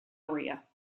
area